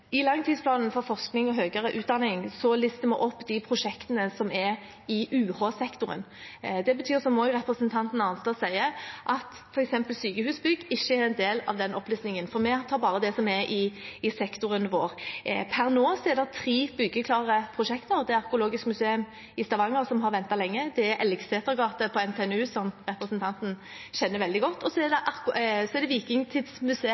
I langtidsplanen for forskning og høyere utdanning lister vi opp de prosjektene som er i UH-sektoren. Det betyr, som også representanten Arnstad sier, at f.eks. sykehusbygg ikke er en del av den opplistingen, for vi tar bare det som er i sektoren vår. Per nå er det tre byggeklare prosjekter. Det er Arkeologisk museum i Stavanger, som har ventet lenge, det er Elgeseter gate på NTNU, som representanten kjenner veldig godt, og så er det Vikingtidsmuseet